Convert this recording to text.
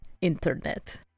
internet